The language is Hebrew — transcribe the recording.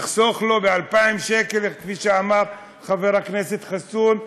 לחסוך לו 2,000 שקל, כפי שאמר חבר הכנסת חסון,